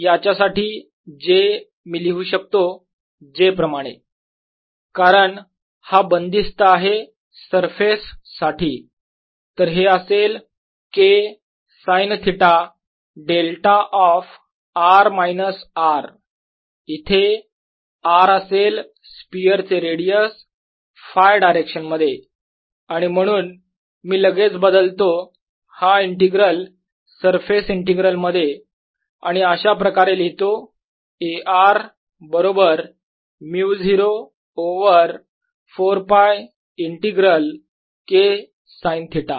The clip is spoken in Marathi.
याच्यासाठी j मी लिहू शकतो j प्रमाणे कारण हा बंदिस्त आहे सरफेस साठी तर हे असेल K sine theta delta of r minus r इथे R असेल स्पियर चे रेडियस Φ डायरेक्शन मध्ये आणि म्हणून मी लगेच बदलतो हा इंटीग्रल सरफेस इंटीग्रल मध्ये आणि अशाप्रकारे लिहितो A r बरोबर μ0 over 4 π integral K sine theta